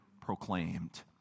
proclaimed